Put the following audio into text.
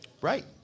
Right